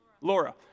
Laura